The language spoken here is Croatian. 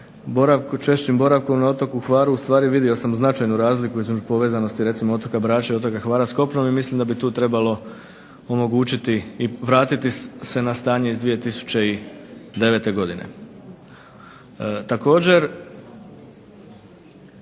Češćim boravkom na otoku Hvaru ustvari vidio sam značajnu razliku između povezanosti recimo otoka Brača i otoka Hvara s kopnom i mislim da bi tu trebalo omogućiti i vratiti se na stanje iz 2009. godine. Također,